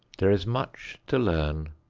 there is much to learn,